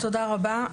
תודה רבה.